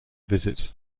visits